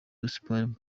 gaspard